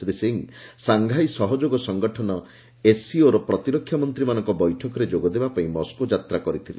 Shri Singh Shanghai ସହଯୋଗ ସଙ୍ଗଠନ ଏସ୍ସିଓର ପ୍ରତିରକ୍ଷା ମନ୍ତ୍ରୀମାନଙ୍କ ବୈଠକରେ ଯୋଗ ଦେବାପାଇଁ ମସ୍କୋ ଯାତ୍ରା କରିଥିଲେ